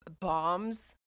bombs